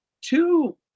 two